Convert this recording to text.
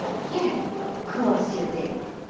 yes, of course you did.